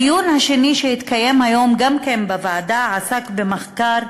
הדיון השני שהתקיים היום בוועדה עסק במחקר